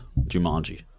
Jumanji